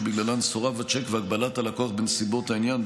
שבגללן סורב הצ'ק והגבלת הלקוח בנסיבות העניין,